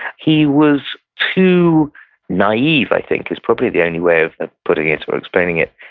he was too naive, i think, is probably the only way of of putting it or explaining it,